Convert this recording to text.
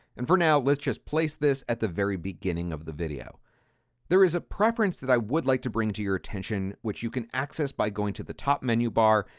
and for now, let's just place this at the very beginning of the video there is a preference that i would like to bring to your attention, which you can access by going to the top menu bar,